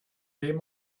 dem